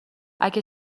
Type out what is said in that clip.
اگه